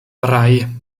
drei